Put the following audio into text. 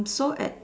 so it